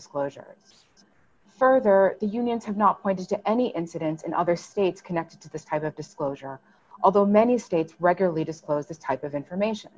disclosures further the unions have not pointed to any incident in other states connected to this type of disclosure although many states regularly disclose this type of information